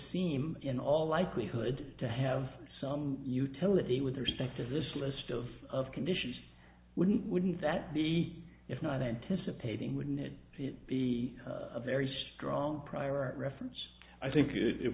seem in all likelihood to have some utility with respect to this list of of conditions wouldn't wouldn't that be if not anticipating wouldn't it be a very strong prior reference i think it